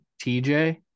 tj